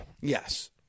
Yes